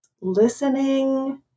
listening